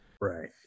Right